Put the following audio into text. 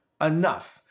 enough